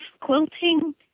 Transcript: quilting